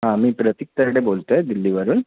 हां मी प्रतीक तरडे बोलतो आहे दिल्लीवरून